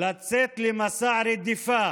לצאת למסע רדיפה